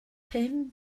pum